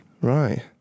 Right